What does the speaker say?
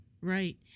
Right